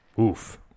Oof